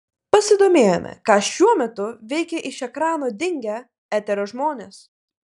pasidomėjome ką šiuo metu veikia iš ekrano dingę eterio žmonės